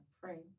pray